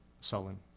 sullen